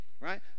right